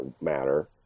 matter